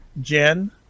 jen